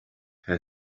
had